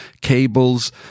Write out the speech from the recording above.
cables